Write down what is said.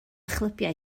chlybiau